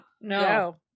no